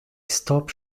stop